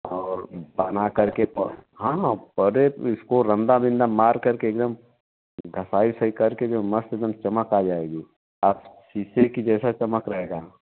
और बना करके पो हँ इसको रंदा विन्दा मार करके एकदम घसई विसाई करके जो मस्त एकदम चमक आजाएगी आप शीशे के जैसा चमक रहेगा